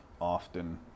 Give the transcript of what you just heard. often